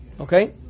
Okay